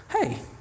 hey